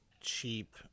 cheap